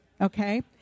okay